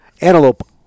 antelope